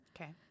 Okay